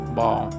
ball